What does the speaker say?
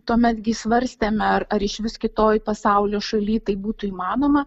tuomet gi svarstėme ar ar išvis kitoj pasaulio šalyj tai būtų įmanoma